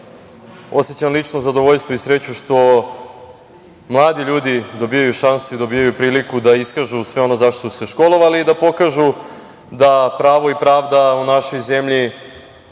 Osećam lično zadovoljstvo i sreću što mladi ljudi dobijaju šansu i dobijaju priliku da iskažu sve ono za šta su se školovali i da pokažu da pravo i pravda u našoj zemlji